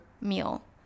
meal